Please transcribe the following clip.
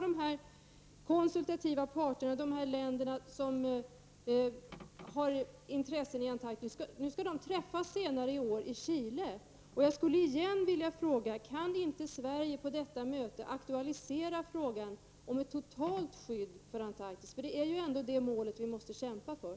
De konsultativa parterna — de länder som har intressen i Antarktis — skall träffas senare i år i Chile. Jag skulle återigen vilja fråga: Kan inte Sverige på detta möte aktualisera frågan om ett totalt skydd för Antarktis? Det är ju ändå det målet vi måste kämpa för.